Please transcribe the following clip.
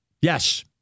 Yes